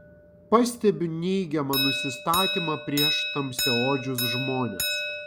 pastebiu neigiamą nusistatymą prieš tamsiaodžius žmones